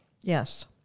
Yes